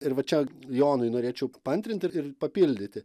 ir va čia jonui norėčiau paantrinti ir papildyti